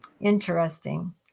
Interesting